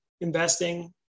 investing